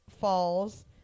Falls